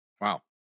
Wow